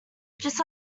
just